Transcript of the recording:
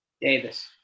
Davis